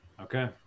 Okay